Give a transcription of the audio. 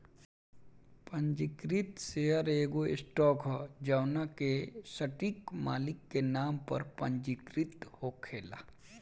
पंजीकृत शेयर एगो स्टॉक ह जवना के सटीक मालिक के नाम पर पंजीकृत होखेला